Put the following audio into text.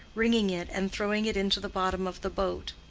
wringing it and throwing it into the bottom of the boat.